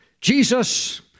Jesus